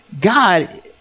God